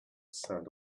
sound